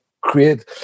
create